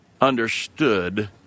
understood